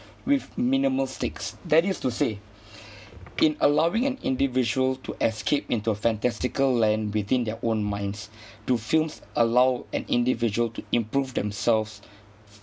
with minimal stakes that is to say in allowing an individual to escape into a fantastical land within their own minds do films allow an individual to improve themselves